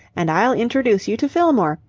and i'll introduce you to fillmore.